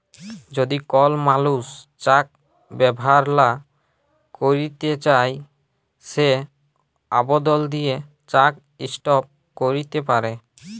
যদি কল মালুস চ্যাক ব্যাভার লা ক্যইরতে চায় সে আবদল দিঁয়ে চ্যাক ইস্টপ ক্যইরতে পারে